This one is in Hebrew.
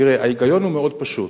תראה, ההיגיון הוא מאוד פשוט.